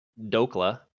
Dokla